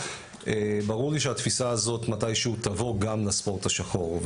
ברור לי שהתפיסה הזאת מתישהו תבוא גם לספורט השחור,